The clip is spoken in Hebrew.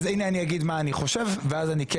הנה אני אגיד מה אני חושב ואז אני כן